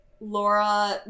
Laura